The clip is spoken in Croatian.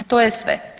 To je sve.